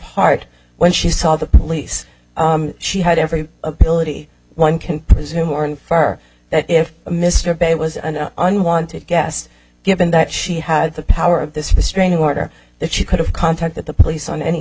heart when she saw the police she had every ability one can presume or infer that if mr bay was an unwanted guest given that she had the power of this the strain in order that she could have contacted the police on any